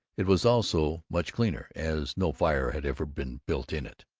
it was also much cleaner, as no fire had ever been built in it.